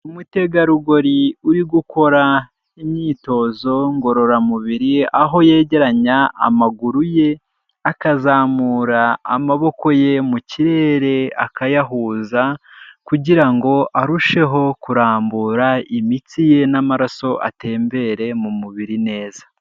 Umutegarugori uri gukora imyitozo ngororamubiri aho yegeranya amaguru ye akazamura amaboko ye mu kirere akayahuza, kugira ngo arusheho kurambura imitsi ye n'amaraso atembere mu mubiri neza.